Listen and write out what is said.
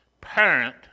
parent